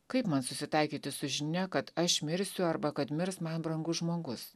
kaip man susitaikyti su žinia kad aš mirsiu arba kad mirs man brangus žmogus